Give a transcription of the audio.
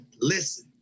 listen